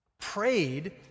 prayed